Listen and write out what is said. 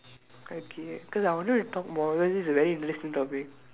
okay cause I wanted to talk more cause this is very interesting topic